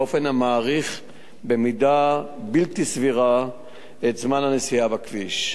באופן שמאריך במידה בלתי סבירה את זמן הנסיעה בכביש.